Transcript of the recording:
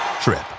trip